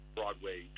Broadway